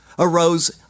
arose